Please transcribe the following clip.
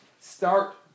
start